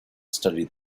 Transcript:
studied